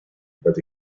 but